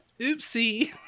Oopsie